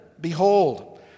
behold